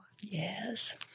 yes